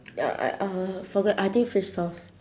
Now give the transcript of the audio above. ya I uh forgot I think fish sauce